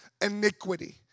iniquity